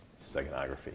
steganography